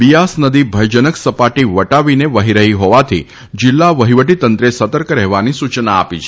બિથાસ નદી ભયજનક સપાટી વટાવીને વહી રહી હોવાથી જીલ્લા વહિવટીતંત્રે સતર્ક રહેવાની સૂચના આપી છે